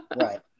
right